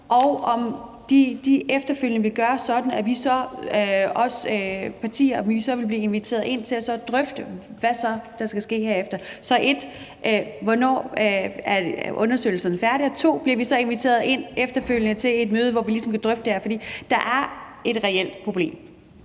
om det efterfølgende vil være sådan, at vi partier vil blive inviteret ind til at drøfte, hvad der så skal ske derefter. Så punkt 1: Hvornår er undersøgelserne færdige? Og punkt 2: Bliver vi så inviteret ind efterfølgende til et møde, hvor vi ligesom kan drøfte det her, for der er et reelt problem?